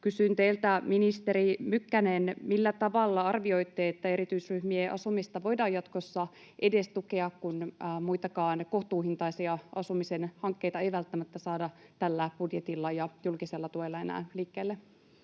Kysyn teiltä, ministeri Mykkänen, millä tavalla arvioitte, että erityisryhmien asumista voidaan jatkossa edes tukea, kun muitakaan kohtuuhintaisia asumisen hankkeita ei välttämättä saada tällä budjetilla ja julkisella tuella enää liikkeelle?